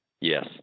Yes